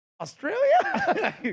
Australia